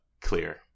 Clear